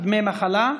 למה?